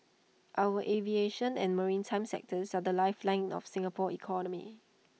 our aviation and maritime sectors are the lifeline of Singapore's economy